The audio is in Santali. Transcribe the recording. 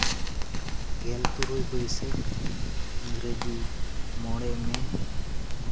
ᱜᱮᱞ ᱛᱩᱨᱩᱭ ᱵᱟᱹᱭᱥᱟᱹᱠᱷ ᱤᱝᱨᱮᱡᱤ ᱢᱚᱬᱮ ᱢᱮ